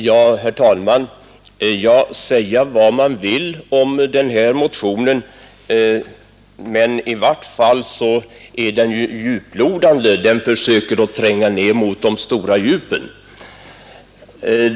Herr talman! Säga vad man vill om motionen 1050; den är i vart fall djuplodande, den försöker tränga ner mot de stora djupen.